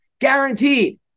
guaranteed